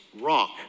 rock